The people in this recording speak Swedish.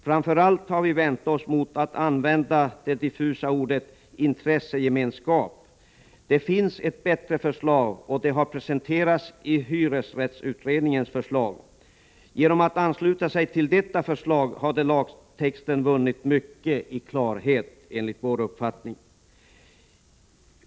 Framför allt har vi vänt oss mot användningen av det diffusa ordet ”intressegemenskap”. Det finns ett bättre förslag, som har presenterats av hyresrättsutredningen. Om lagtexten hade anslutits till detta förslag hade den vunnit mycket i klarhet, enligt vår uppfattning.